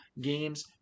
games